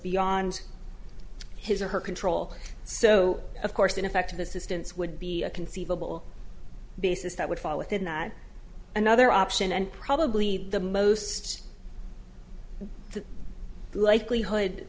beyond his or her control so of course ineffective assistance would be a conceivable basis that would fall within that another option and probably the most the likelihood